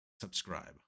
subscribe